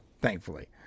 thankfully